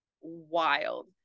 wild